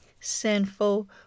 sinful